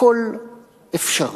הכול אפשרי.